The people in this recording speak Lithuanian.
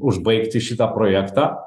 užbaigti šitą projektą